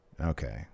okay